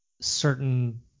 certain